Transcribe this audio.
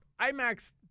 IMAX